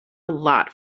lot